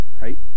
right